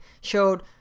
showed